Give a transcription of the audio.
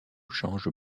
change